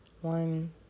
one